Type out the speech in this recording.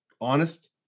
honest